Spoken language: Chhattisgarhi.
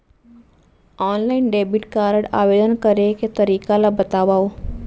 ऑनलाइन डेबिट कारड आवेदन करे के तरीका ल बतावव?